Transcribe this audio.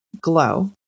glow